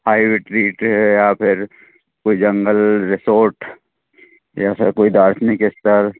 highway treat है या फिर कोई जंगल रिसोर्ट या फिर कोई दार्शनिक स्थल